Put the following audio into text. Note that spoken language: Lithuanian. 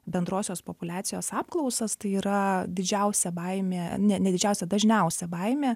bendrosios populiacijos apklausas tai yra didžiausia baimė ne didžiausia dažniausia baimė